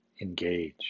Engage